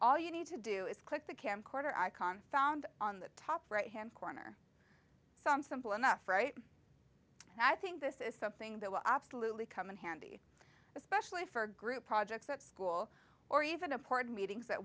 all you need to do is click the camcorder icon found on the top right hand corner some simple enough right i think this is something that will absolutely come in handy especially for group projects at school or even apart meetings